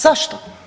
Zašto?